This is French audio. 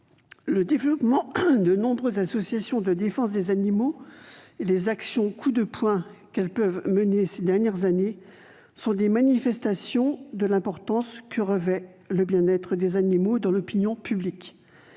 le développement de nombreuses associations de défense des animaux et les actions « coup de poing » qu'elles ont pu mener ces dernières années sont des manifestations de l'importance que revêt le bien-être des animaux dans l'opinion publique.